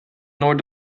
nord